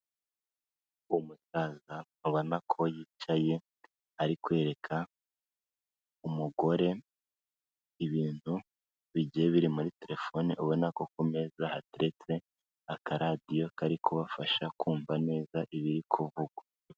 Umusaza abona ko yicaye ari kwereka umugore ibintu bigiye biri muri terefone, ubona ko ku meza hateretse akaradiyo kari kubafasha kumva neza ibiri kuvugwa.